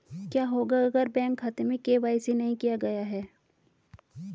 क्या होगा अगर बैंक खाते में के.वाई.सी नहीं किया गया है?